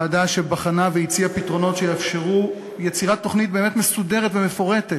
ועדה שבחנה והציעה פתרונות שיאפשרו יצירת תוכנית באמת מסודרת ומפורטת